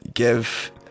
Give